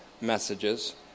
messages